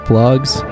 Blogs